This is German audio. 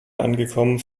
angekommen